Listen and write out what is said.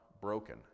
broken